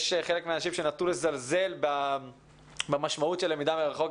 חלק מהאנשים נטו לזלזל במשמעות של למידה מרחוק.